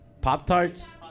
Pop-tarts